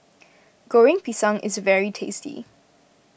Goreng Pisang is very tasty